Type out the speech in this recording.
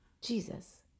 Jesus